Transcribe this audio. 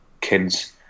kids